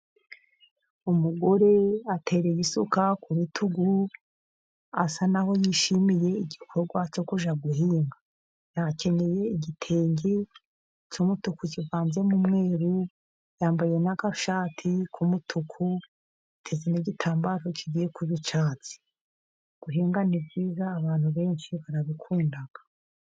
Umugore atereye isuka ku bitugu, asa n'aho yishimiye igikorwa cyo kujya guhinga. Akenyeye igitenge cy'umutuku kivanze n'umweru, yambaye n'agashati k'umutuku, ateze n'igitambaro kigiye kuba icyatsi. Guhinga ni byiza, abantu benshi barabikunda.